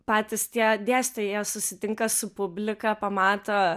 patys tie dėstytojai jie susitinka su publika pamato